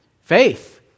Faith